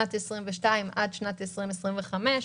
שנת 2022 עד שנת 2025,